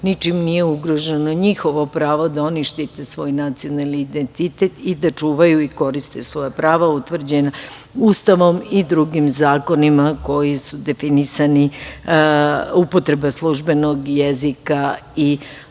ničim nije ugroženo njihovo pravo da oni štite svoj nacionalni identitet i da čuvaju i koriste svoja prava utvrđena Ustavom i drugim zakonima koji su definisani upotreba službenog jezika i pisma.